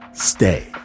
Stay